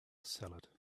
salad